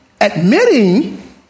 admitting